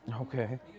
Okay